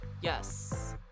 Yes